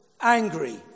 angry